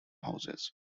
houses